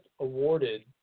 awarded